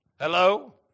Hello